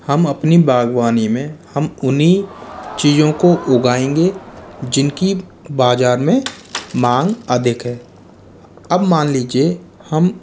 हम अपनी बागवानी में हम उन्हीं चीज़ों को उगाएंगे जिनकी बाजार में मांग अधिक है अब मान लीजिए हम